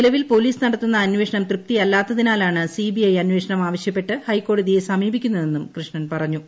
നിലവിൽ പോലീസ് നടത്തുന്ന അന്വേഷണം തൃപ്തിയല്ലാത്തതിനാലാണ് സി ബി ഐ അന്വേഷണം ആവശ്യപ്പെട്ട് ഹൈക്കോടതിയെ സമീപിക്കുന്നതെന്നും കൃഷ്ണൻ പറഞ്ഞു